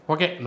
Okay